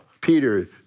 Peter